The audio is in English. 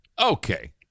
Okay